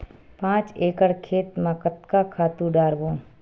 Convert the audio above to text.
पांच एकड़ खेत म कतका खातु डारबोन?